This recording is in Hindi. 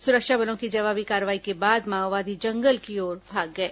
सुरक्षा बलों की जवाबी कार्रवाई के बाद माओवादी जंगल की ओर भाग गए